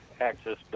access